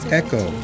echo